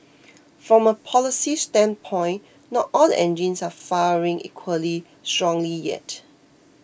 from a policy standpoint not all the engines are firing equally strongly yet